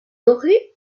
doré